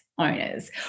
owners